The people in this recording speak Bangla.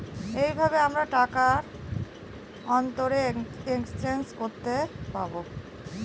এইভাবে আমরা টাকার অন্তরে এক্সচেঞ্জ করতে পাবো